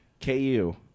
KU